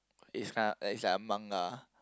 is uh is like a manga